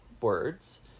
words